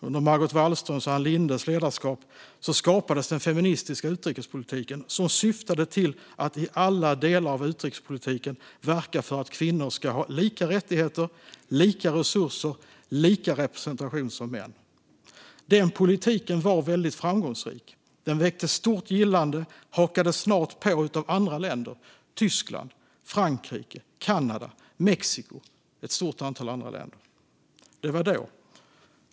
Under Margot Wallströms och Ann Lindes ledarskap skapades den feministiska utrikespolitiken, som syftade till att i alla delar av utrikespolitiken verka för att kvinnor ska ha lika rättigheter, lika resurser och lika representation som män. Den politiken var framgångsrik och väckte stort gillande, och snart hakade fler länder på: Tyskland, Frankrike, Kanada, Mexiko och ett stort antal andra länder. Men det var då.